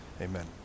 Amen